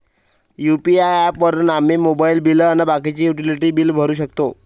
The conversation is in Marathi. यू.पी.आय ॲप वापरून आम्ही मोबाईल बिल अन बाकीचे युटिलिटी बिल भरू शकतो